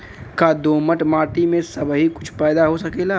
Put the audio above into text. का दोमट माटी में सबही कुछ पैदा हो सकेला?